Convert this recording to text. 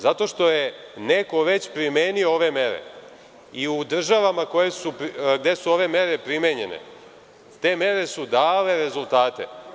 Zato što je neko već primenio ove mere i u državama gde su ove mere primenjene, te mere su dale rezultate.